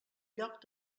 lloc